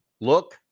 Look